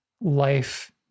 life